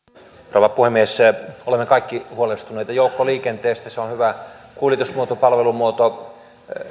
rouva puhemies olemme kaikki huolestuneita joukkoliikenteestä se on hyvä kuljetusmuoto palvelumuoto